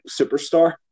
superstar